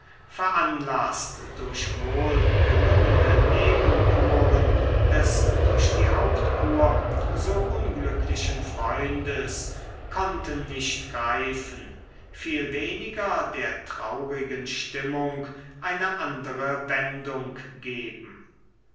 veranlaßt durch wohlgelungene nebenkuren des durch die hauptkur so unglücklichen freundes konnten nicht greifen viel weniger der traurigen stimmung eine andere wendung geben